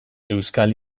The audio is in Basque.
euskal